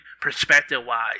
perspective-wise